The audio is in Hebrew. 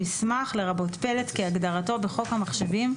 "מסמך" לרבות פלט כהגדרתו בחוק המחשבים,